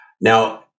Now